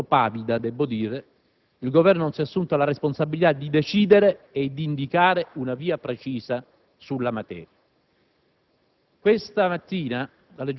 quando, in maniera molto pavida, il Governo non si è assunto la responsabilità di decidere e di indicare una via precisa sulla materia.